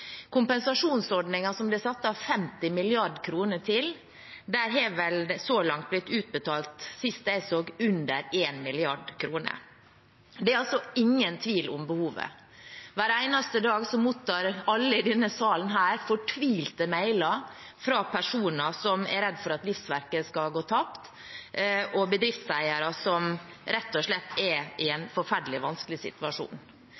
som det er satt av 50 mrd. kr til, har det så langt blitt utbetalt, sist jeg så, under 1 mrd. kr. Det er altså ingen tvil om behovet. Hver eneste dag mottar alle i denne sal fortvilte mailer fra personer som er redde for at livsverket skal gå tapt, og fra bedriftseiere som rett og slett er i en forferdelig vanskelig situasjon.